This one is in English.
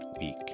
week